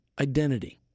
identity